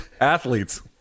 athletes